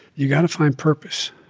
you've got to find purpose.